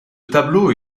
tableau